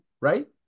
right